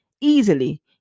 easily